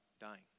dying